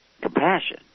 compassion